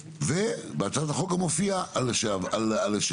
בהצעת החוק מופיע גם הלשעבר.